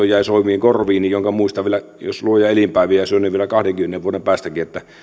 jäi soimaan korviini se sanamuoto jonka muistan vielä jos luoja elinpäiviä suo kahdenkymmenen vuodenkin päästä että